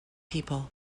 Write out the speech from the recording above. people